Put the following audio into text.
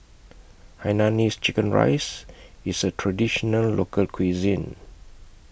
Hainanese Chicken Rice IS A Traditional Local Cuisine